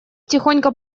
тихонько